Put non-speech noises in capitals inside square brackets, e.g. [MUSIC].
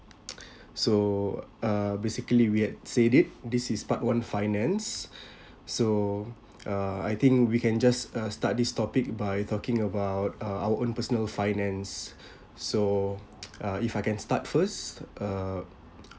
[NOISE] so uh basically we had said it this is part one finance [BREATH] so uh I think we can just uh start this topic by talking about uh our own personal finance so [NOISE] uh if I can start first uh